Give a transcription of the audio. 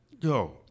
Yo